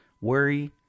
worry